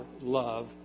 love